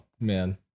man